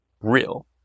real